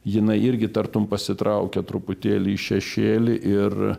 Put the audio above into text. jinai irgi tartum pasitraukė truputėlį į šešėlį ir